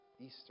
Easter